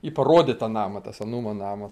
į parodyt tą namą tą senumą namo